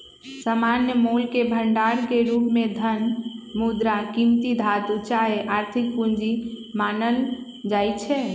सामान्य मोलके भंडार के रूप में धन, मुद्रा, कीमती धातु चाहे आर्थिक पूजी मानल जाइ छै